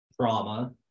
trauma